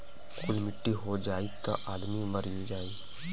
कुल मट्टी हो जाई त आदमी मरिए जाई